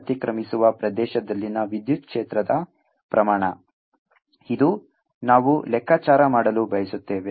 ಅತಿಕ್ರಮಿಸುವ ಪ್ರದೇಶದಲ್ಲಿನ ವಿದ್ಯುತ್ ಕ್ಷೇತ್ರದ ಪ್ರಮಾಣ ಇದು ನಾವು ಲೆಕ್ಕಾಚಾರ ಮಾಡಲು ಬಯಸುತ್ತೇವೆ